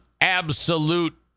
absolute